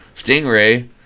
Stingray